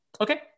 okay